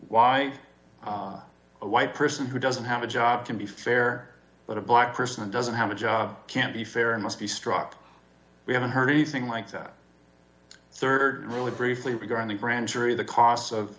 why a white person who doesn't have a job can be fair but a black person doesn't have a job can't be fair and must be struck we haven't heard anything like that rd really briefly we go on the grand jury the costs of